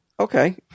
Okay